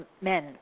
men